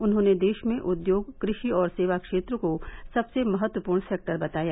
उन्होंने देश में उद्योग कृषि और सेवा क्षेत्र को सबसे महत्वपूर्ण सेक्टर बताया